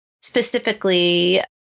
specifically